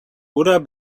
oder